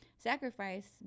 Sacrifice